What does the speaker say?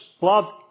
love